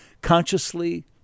consciously